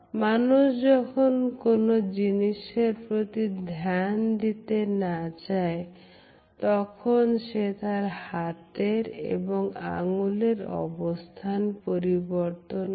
মানুষ যখন কোন কিছু জিনিসের প্রতি ধ্যান দিতে না চায় তখন সে তার হাতের এবং আঙ্গুলের অবস্থান পরিবর্তন করে